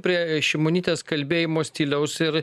prie šimonytės kalbėjimo stiliaus ir